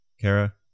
Kara